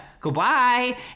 Goodbye